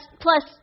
plus